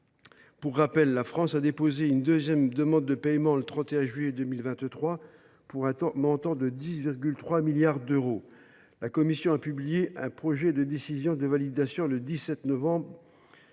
Pour rappel, la France a déposé une deuxième demande de paiement le 31 juillet 2023 pour un montant de 10,3 milliards d’euros. La Commission a publié un projet de décision de validation le 17 novembre.